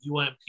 ump